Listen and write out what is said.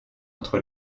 entre